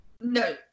No